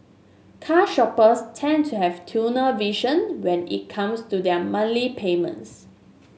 car shoppers tend to have tunnel vision when it comes to their monthly payments